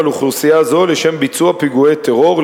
אוכלוסייה זו לשם ביצוע פיגועי טרור,